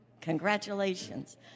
Congratulations